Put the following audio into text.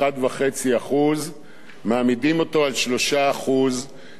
מעמידים אותו על 3%. תרשמו את מה שאני אומר לכם,